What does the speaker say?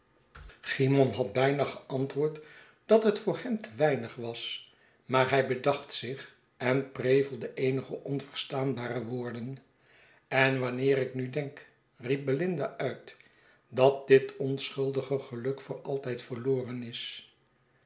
cymon had bijna geantwoord dat het voor hem te weinig was maar hij bedacht zich en prevelde eenige onverstaanbare woorden en wanneer ik nu denk riep belinda uit dat dit onschuldige geluk voor altijd verloren is